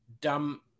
dumb